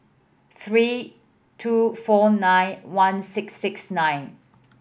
three two four nine one six six nine